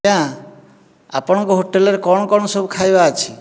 ଆଜ୍ଞା ଆପଣଙ୍କ ହୋଟେଲରେ କ'ଣ କ'ଣ ସବୁ ଖାଇବା ଅଛି